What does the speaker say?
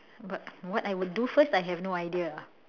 but what I would do first I have no idea